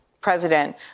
president